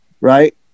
right